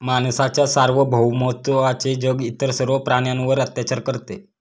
माणसाच्या सार्वभौमत्वाचे जग इतर सर्व प्राण्यांवर अत्याचार करते